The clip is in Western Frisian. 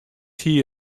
hie